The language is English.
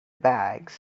bags